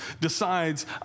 decides